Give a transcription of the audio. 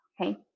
okay